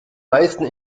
meisten